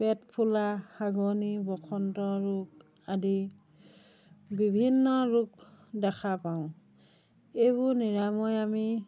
পেটফুলা হাগনি বসন্ত ৰোগ আদি বিভিন্ন ৰোগ দেখা পাওঁ এইবোৰ নিৰাময় আমি